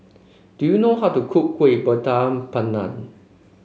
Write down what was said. do you know how to cook Kuih Bakar Pandan